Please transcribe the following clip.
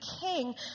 king